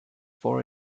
four